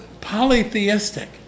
polytheistic